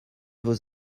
vos